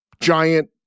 giant